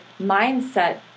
mindset